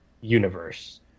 universe